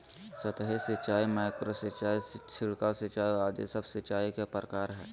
सतही सिंचाई, माइक्रो सिंचाई, छिड़काव सिंचाई आदि सब सिंचाई के प्रकार हय